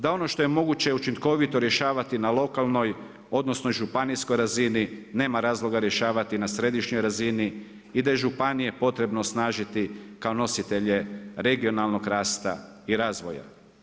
Da ono što je moguće učinkovito rješavati na lokalnoj odnosno županijskoj razini nema razloga rješavati na središnjoj razini i da je županije potrebno osnažiti kao nositelje regionalnog rasta i razvoja“